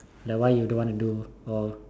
like why you don't want to do or